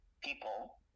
people